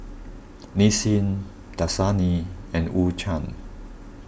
Nissin Dasani and U Cha